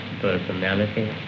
personality